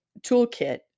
toolkit